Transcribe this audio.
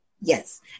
Yes